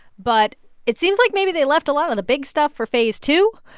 but it seems like maybe they left a lot of the big stuff for phase two,